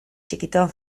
txikito